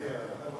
מוותר.